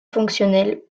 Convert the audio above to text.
fonctionnel